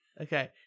Okay